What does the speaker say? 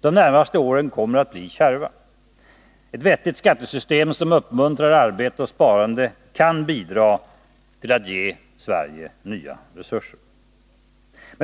De närmaste åren kommer att bli kärva. Ett vettigt skattesystem som uppmuntrar arbete och sparande kan bidra till att ge Sverige nya resurser.